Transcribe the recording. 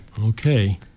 Okay